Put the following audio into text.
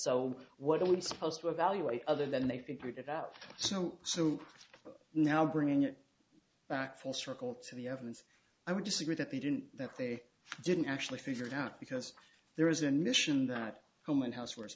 so what are we supposed to evaluate other than they figured it out so so now bringing it back full circle to the evidence i would disagree that they didn't that they didn't actually figure it out because there is a mission that home and housew